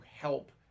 help